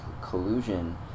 collusion